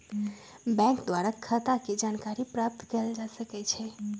bank द्वारा खता के जानकारी प्राप्त कएल जा सकइ छइ